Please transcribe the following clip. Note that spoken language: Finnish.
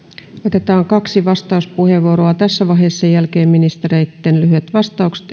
otetaan kaksi vastauspuheenvuoroa tässä vaiheessa sen jälkeen ministereitten lyhyet vastaukset